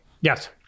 Yes